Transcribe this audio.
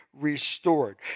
restored